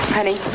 Honey